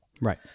Right